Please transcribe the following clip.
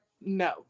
No